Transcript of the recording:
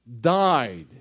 died